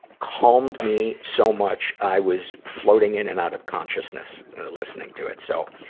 calmed me so much, i was floating in and out of consciousness listening to it. so,